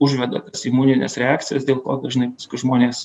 užveda imunines reakcijas dėl ko dažnai žmonės